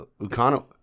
Ukano